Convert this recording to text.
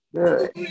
good